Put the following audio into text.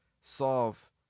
solve